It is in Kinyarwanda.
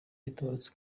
yaratabarutse